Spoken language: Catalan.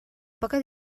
poca